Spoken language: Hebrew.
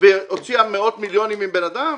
והוציאה מאות מיליונים מבן אדם,